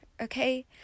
Okay